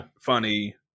funny